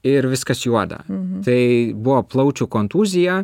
ir viskas juoda tai buvo plaučių kontūzija